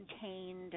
Contained